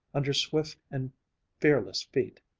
under swift and fearless feet,